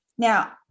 Now